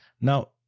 Now